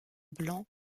blancs